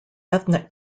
ethnic